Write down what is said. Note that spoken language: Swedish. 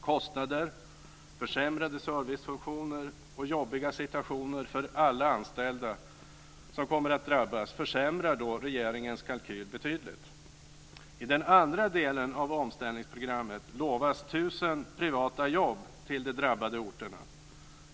Kostnader, försämrade servicefunktioner och jobbiga situationer för alla anställda som kommer att drabbas försämrar regeringens kalkyl betydligt. I den andra delen av omställningsprogrammet lovas 1 000 privata jobb till de drabbade orterna.